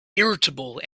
irritable